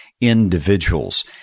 individuals